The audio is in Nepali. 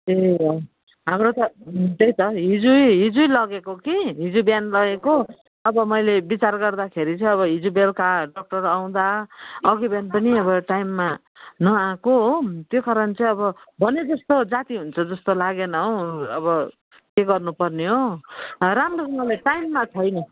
ए हवस् हाम्रो त त्यही त हिजै हिजै लगेको कि हिजो बिहान लगेको अब मैले बिचार गर्दाखेरि चाहिँ हिजो बेलुका डक्टर आउँदा अघि बिहान पनि अब टाइममा नआएको हो त्यो कारण चाहिँ अब भने जस्तो जाती हुन्छ जस्तो लागेन हो अब के गर्नुपर्ने हो राम्रोसँगले टाइममा छैन